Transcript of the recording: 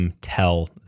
tell